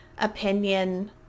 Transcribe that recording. opinion